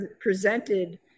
presented